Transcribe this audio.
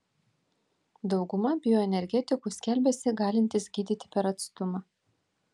dauguma bioenergetikų skelbiasi galintys gydyti per atstumą